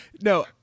No